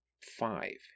Five